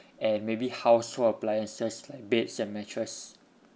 and maybe household appliances like beds and mattresses